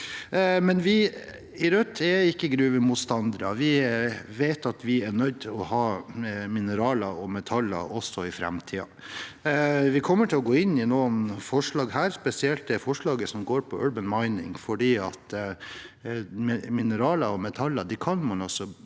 i Rødt er ikke gruvemotstandere. Vi vet at vi er nødt til å ha mineraler og metaller også i framtiden. Vi kommer til å gå inn for noen forslag her, spesielt det forslaget som går på «urban mining», for mineraler og metaller kan man